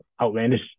outlandish